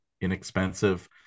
inexpensive